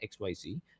xyz